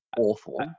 awful